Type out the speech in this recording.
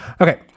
Okay